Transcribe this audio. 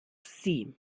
sie